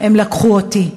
הם לקחו אותי,